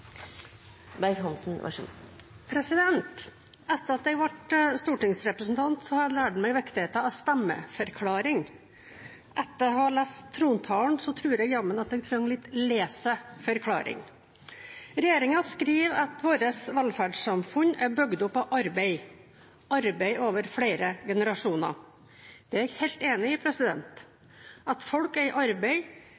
Etter at jeg ble stortingsrepresentant, har jeg lært meg viktigheten av stemmeforklaring. Etter å ha lest trontalen tror jeg jammen at jeg trenger litt leseforklaring. Regjeringen skriver at vårt velferdssamfunn er bygd opp av arbeid – arbeid over flere generasjoner. Det er jeg helt enig i. At folk er i arbeid,